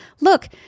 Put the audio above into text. look